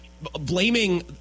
blaming